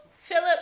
philip